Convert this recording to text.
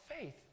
faith